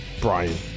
Brian